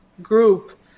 group